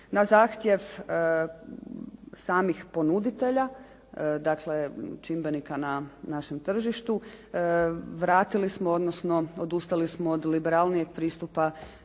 Na zahtjev samih ponuditelja, dakle čimbenika na našem tržištu vratili smo, odnosno odustali smo od liberalnijeg pristupa